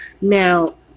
Now